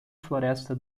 floresta